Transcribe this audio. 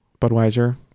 Budweiser